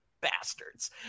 bastards